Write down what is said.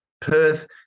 Perth